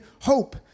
hope